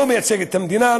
לא מייצג את המדינה,